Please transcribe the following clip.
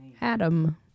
Adam